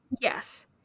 Yes